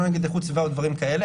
לא נגד איכות הסביבה או דברים כאלה,